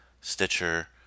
Stitcher